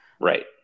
Right